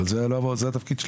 אבל זה התפקיד שלה: